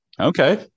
Okay